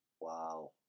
Wow